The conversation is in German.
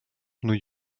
new